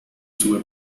sube